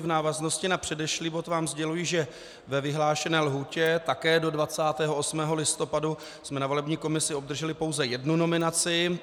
V návaznosti na předešlý bod vám sděluji, že ve vyhlášené lhůtě také do 28. listopadu jsme na volební komisi obdrželi pouze jednu nominaci.